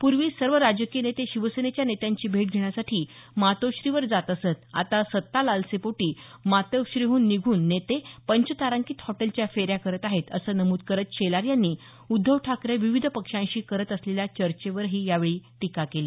पूर्वी सर्व राजकीय नेते शिवसेनेच्या नेत्यांची भेट घेण्यासाठी मातोश्रीवर जात असत आता सत्ता लालसेपोटी मातोश्रीहून निघून नेते पंचतारांकित हॉटेलच्या फेऱ्या करत आहेत असं नमुद करत शेलार यांनी उद्धव ठाकरे विविध पक्षांशी करत असलेल्या चर्चेवरही यावेळी टीका केली